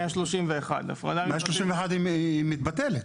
131. 131 היא מתבטלת.